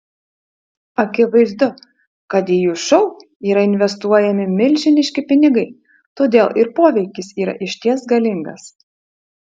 akivaizdu kad į jų šou yra investuojami milžiniški pinigai todėl ir poveikis yra išties galingas